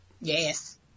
Yes